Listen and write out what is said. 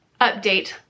Update